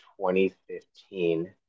2015